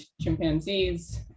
chimpanzees